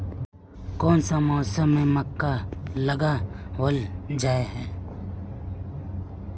कोन सा मौसम में मक्का लगावल जाय है?